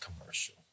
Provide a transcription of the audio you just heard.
commercial